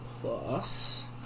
plus